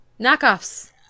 Knockoffs